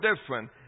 different